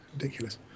Ridiculous